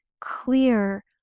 clear